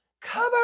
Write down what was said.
Cover